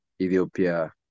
Ethiopia